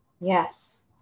Yes